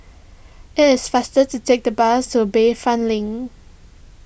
it is faster to take the bus to Bayfront Link